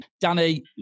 Danny